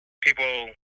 people